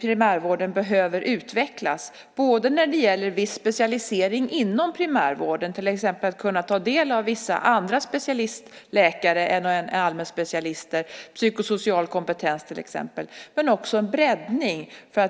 Primärvården behöver utvecklas både när det gäller viss specialisering inom primärvården för att till exempel kunna ta del av vissa andra specialistläkare än allmänspecialister, psykosocial kompetens exempelvis, och när det gäller breddning för